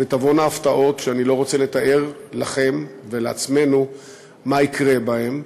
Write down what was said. ותבואנה הפתעות שאני לא רוצה לתאר לכם ולעצמנו מה יקרה בהן,